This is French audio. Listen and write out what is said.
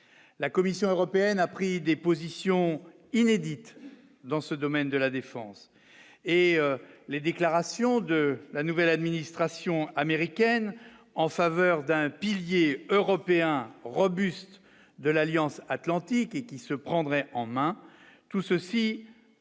la Commission européenne a pris des positions inédite dans ce domaine de la défense et les déclarations de la nouvelle administration américaine en faveur d'un pilier européen robuste de l'Alliance Atlantique et qui se prendre en main tout ceci